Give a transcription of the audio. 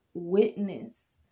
witness